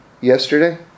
Yesterday